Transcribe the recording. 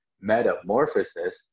metamorphosis